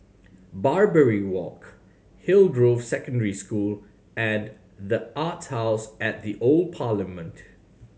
Barbary Walk Hillgrove Secondary School and The Arts House at the Old Parliament